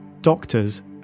doctors